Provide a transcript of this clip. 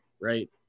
right